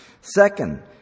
Second